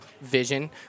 vision